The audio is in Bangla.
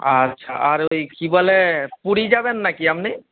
আচ্ছা আর ওই কি বলে পুরী যাবেন না কি আপনি